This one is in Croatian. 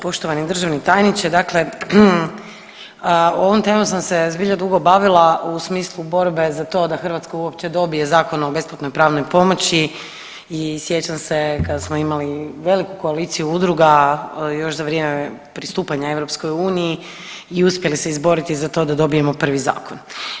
Poštovani državni tajniče dakle, ovom temom sam se zbilja dugo bavila u smislu borbe za to da Hrvatska uopće dobije Zakon o besplatnoj pravnoj pomoći i sjećam se kada smo imali veliku koaliciju udruga još za vrijeme pristupanja EU i uspjeli se izboriti za to da dobijemo prvi zakon.